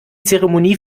zeremonie